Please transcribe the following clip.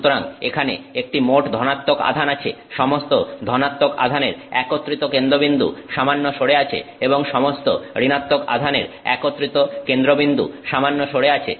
সুতরাং এখানে একটি মোট ধনাত্মক আধান আছে সমস্ত ধনাত্মক আধানের একত্রিত কেন্দ্রবিন্দু সামান্য সরে আছে এবং সমস্ত ঋণাত্মক আধানের একত্রিত কেন্দ্রবিন্দু সামান্য সরে আছে